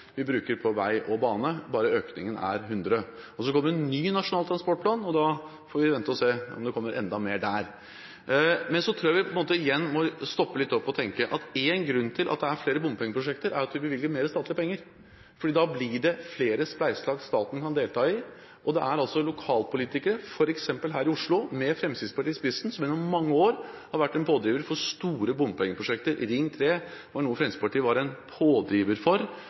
på vei og bane – bare økningen er 100 mrd. kr. Så kommer det en ny Nasjonal transportplan, og da får vi vente og se om det kommer enda mer der. Men jeg tror vi igjen må stoppe litt opp og tenke: En grunn til at det er flere bompengeprosjekter, er at vi bevilger mer statlige penger. Da blir det flere spleiselag staten kan delta i. Det er lokalpolitikere, f.eks. her i Oslo, med Fremskrittspartiet i spissen, som gjennom mange år har vært en pådriver for store bompengeprosjekter. Ring 3 var noe Fremskrittspartiet var en pådriver for